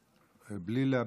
בלי להביע דעה,